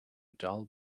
dull